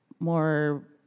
more